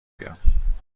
بیام